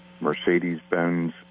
Mercedes-Benz